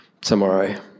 Tomorrow